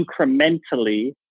incrementally